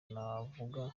navuga